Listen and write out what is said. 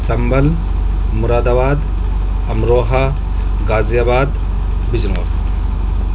Sambhal Moradabad Amroha Ghaziabad Bijnor